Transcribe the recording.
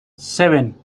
seven